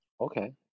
Okay